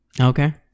Okay